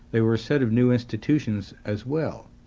they were a set of new institutions as well.